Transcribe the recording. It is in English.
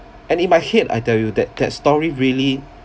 and in my head I tell you that that story really